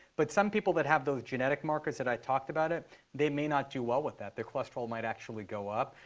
but some people that have those genetic markers that i talked about, they may not do well with that. their cholesterol might actually go up.